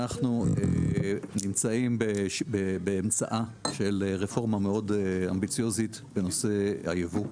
אנחנו נמצאים באמצעה של רפורמה מאוד אמביציוזית בנושא הייבוא.